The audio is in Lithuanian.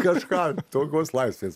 kažką tokios laisvės